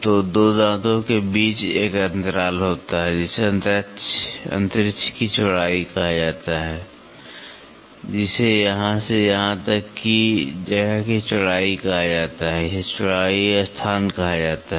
तो 2 दांतों के बीच एक अंतराल होता है जिसे अंतरिक्ष की चौड़ाई कहा जाता है जिसे यहां से यहां तक की जगह की चौड़ाई कहा जाता है इसे चौड़ाई स्थान कहा जाता है